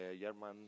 German